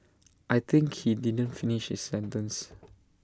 I think he didn't finish his sentence